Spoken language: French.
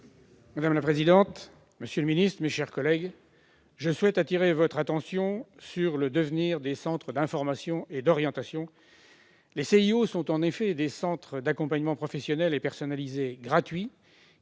de la jeunesse. Monsieur le ministre, je souhaite attirer votre attention sur le devenir des centres d'information et d'orientation, les CIO. Ceux-ci sont en effet des centres d'accompagnement professionnel et personnalisé gratuits,